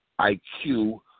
IQ